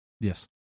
Yes